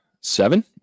seven